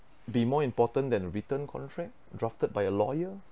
be more important than a written contract drafted by a lawyer